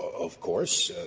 of course,